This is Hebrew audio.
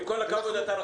גם אני, לא פחות ממך.